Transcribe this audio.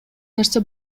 нерсе